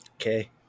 Okay